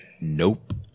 Nope